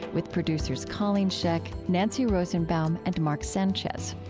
with producers colleen scheck, nancy rosenbaum, and marc sanchez.